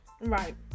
right